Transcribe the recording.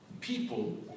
people